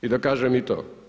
I da kažem i to.